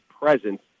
presence